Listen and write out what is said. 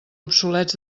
obsolets